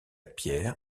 pierre